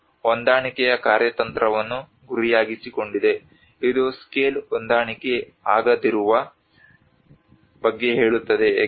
ಇದು ಹೊಂದಾಣಿಕೆಯ ಕಾರ್ಯತಂತ್ರವನ್ನು ಗುರಿಯಾಗಿರಿಸಿಕೊಂಡಿದೆ ಇದು ಸ್ಕೇಲ್ ಹೊಂದಾಣಿಕೆ ಆಗದಿರುವ ಬಗ್ಗೆ ಹೇಳುತ್ತದೆ